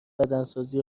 بدنسازی